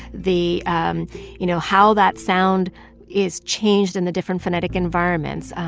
the um you know, how that sound is changed in the different phonetic environments,